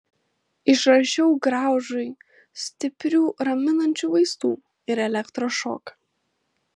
išrašiau graužui stiprių raminančių vaistų ir elektros šoką